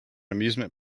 amusement